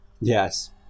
Yes